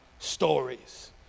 stories